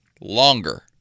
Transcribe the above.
longer